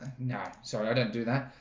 no, sorry, i don't do that.